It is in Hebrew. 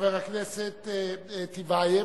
חבר הכנסת טיבייב,